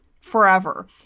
forever